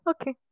Okay